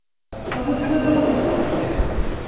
ᱟᱫᱚ ᱪᱮᱫ ᱡᱟᱹᱨᱩᱲ